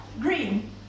green